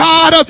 God